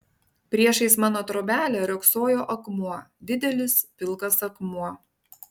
priešais mano trobelę riogsojo akmuo didelis pilkas akmuo